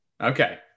Okay